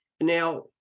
now